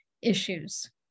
issues